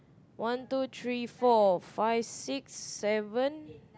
one two three four five six seven